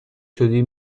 شدی